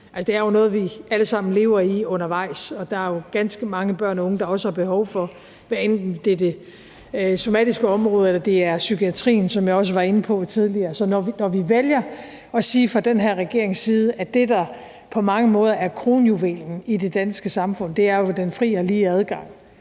det er noget, vi alle sammen lever i undervejs, og der er jo ganske mange børn og unge, der også har behov for noget, hvad enten det er på det somatiske område, eller det er i psykiatrien, som jeg også var inde på tidligere. Så når vi vælger at sige fra den her regerings side, at det, der på mange måder er kronjuvelen i det danske samfund – det er jo den fri og lige adgang